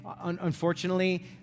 unfortunately